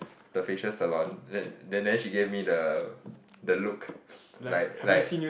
the facial salon then then then she gave me the the look like like